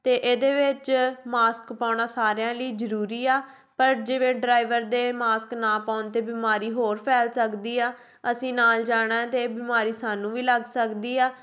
ਅਤੇ ਇਹਦੇ ਵਿੱਚ ਮਾਸਕ ਪਾਉਣਾ ਸਾਰਿਆਂ ਲਈ ਜ਼ਰੂਰੀ ਆ ਪਰ ਜਿਵੇਂ ਡਰਾਇਵਰ ਦੇ ਮਾਸਕ ਨਾ ਪਾਉਣ 'ਤੇ ਬਿਮਾਰੀ ਹੋਰ ਫੈਲ ਸਕਦੀ ਆ ਅਸੀਂ ਨਾਲ਼ ਜਾਣਾ ਅਤੇ ਬਿਮਾਰੀ ਸਾਨੂੰ ਵੀ ਲੱਗ ਸਕਦੀ ਆ